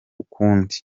ukundi